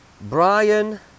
Brian